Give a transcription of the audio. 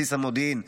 בבסיס המודיעין,